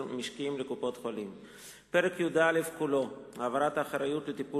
משקיים לקופות-חולים); פרק י"א כולו (העברת האחריות לטיפול